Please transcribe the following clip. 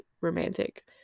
romantic